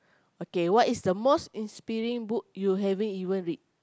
okay what is the most inspiring book you ever read